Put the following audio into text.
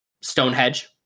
Stonehenge